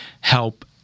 help